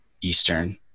Eastern